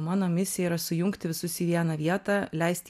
mano misija yra sujungti visus į vieną vietą leisti